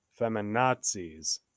Feminazis